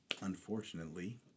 Unfortunately